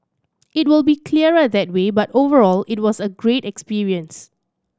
it will be clearer that way but overall it was a great experience